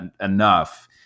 enough